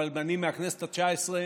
ואני מהכנסת התשע-עשרה